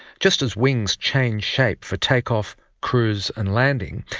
just as wings change shape for take-off, cruise and landing,